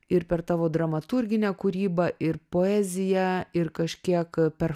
ir per tavo dramaturginę kūrybą ir poeziją ir kažkiek per